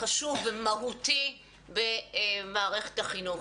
חשוב ומהותי במערכת החינוך.